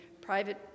private